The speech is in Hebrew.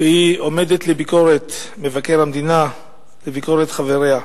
והיא עומדת לביקורת מבקר המדינה ולביקורת חבריה.